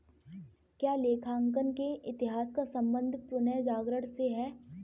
क्या लेखांकन के इतिहास का संबंध पुनर्जागरण से है?